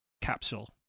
capsule